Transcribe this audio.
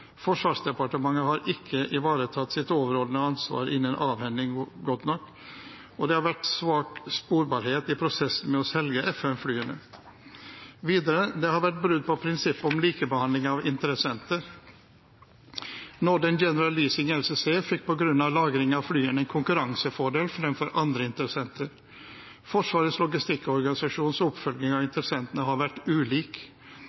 Forsvarsdepartementet har ikke ivaretatt sitt overordnede ansvar innen avhending godt nok. Det har vært svak sporbarhet i prosessen med å selge F-5-flyene. Det har vært brudd på prinsippet om likebehandling av interessenter. Northern General Leasing LCC fikk på grunn av lagring av flyene en konkurransefordel fremfor andre interessenter. Forsvarets logistikkorganisasjons oppfølging av